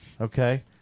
Okay